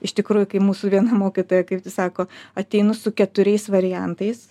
iš tikrųjų kai mūsų viena mokytoja kaip sako ateinu su keturiais variantais